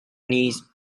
knees